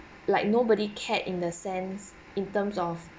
like nobody cared in the sense in terms of